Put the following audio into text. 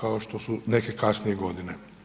kao što su neke kasnije godine.